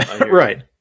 Right